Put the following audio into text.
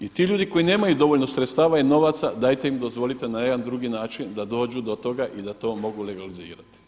I ti ljudi koji nemaju dovoljno sredstava i novaca dajte im dozvolite na jedan drugi način da dođu do toga i da to mogu legalizirati.